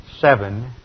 seven